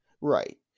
Right